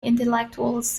intellectuals